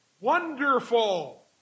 wonderful